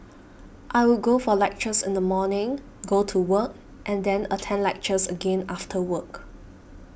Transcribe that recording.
I'll go for lectures in the morning go to work and then attend lectures again after work